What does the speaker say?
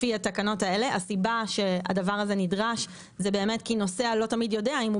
הדבר הזה נדרש כי לא תמיד נוסע יודע אם הוא